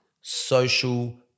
social